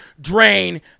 drain